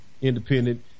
independent